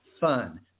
fun